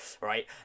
right